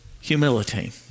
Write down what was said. humility